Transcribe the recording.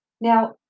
Now